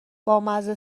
بامزه